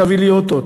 תביא לי אוטו,